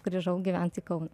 grįžau gyvent į kauną